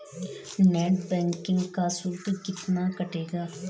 Net banking का शुल्क कितना कटेगा?